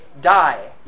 die